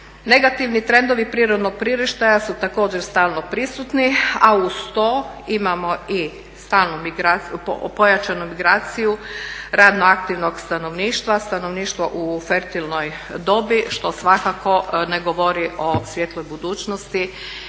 Negativni trendovi prirodnog prirasta su također stalno prisutni, a uz to imamo i pojačanu migraciju radno aktivnog stanovništva, stanovništvo u fertilnoj dobi što svakako ne govori o svijetloj budućnosti